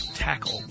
Tackle